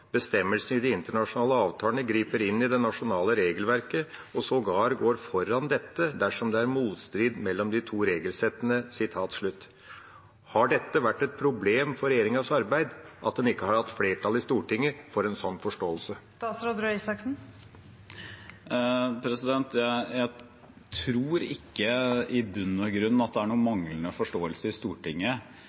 bestemmelsene i de internasjonale avtalene griper inn i det nasjonale regelverket og sågar går foran dette dersom det er motstrid mellom de to regelsettene.» Har dette vært et problem for regjeringens arbeid, at en ikke har hatt flertall i Stortinget for en sånn forståelse? Jeg tror i bunn og grunn ikke at det er noen manglende forståelse i Stortinget,